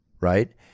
right